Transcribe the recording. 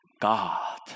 god